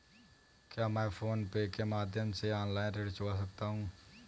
क्या मैं फोन पे के माध्यम से ऑनलाइन ऋण चुका सकता हूँ?